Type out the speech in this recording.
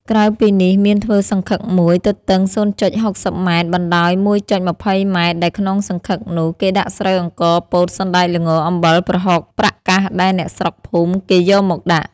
ក្រៅពីនេះមានធ្វើសង្ឃឹកមួយ ទទឹង ០.៦០ម បណ្តោយ ១.២០ម ដែលក្នុងសង្ឃឹកនោះ គេដាក់ស្រូវ អង្ករ ពោត សណ្តែក ល្ង អំបិល ប្រហុក ប្រាក់កាស ដែលអ្នកស្រុកភូមិគេយកមកដាក់ ។